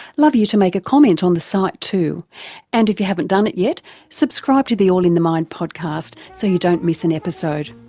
love you to make a comment on the site too and if you haven't done it yet subscribe to the all in the mind podcast so you don't miss an episode.